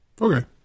Okay